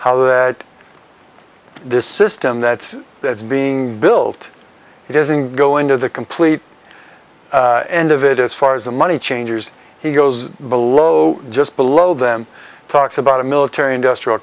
how that this system that's that's being built it isn't going to the complete end of it as far as the money changers he goes below just below them talks about a military industrial